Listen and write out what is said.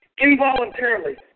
involuntarily